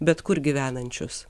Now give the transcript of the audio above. bet kur gyvenančius